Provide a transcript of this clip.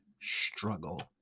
struggle